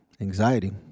anxiety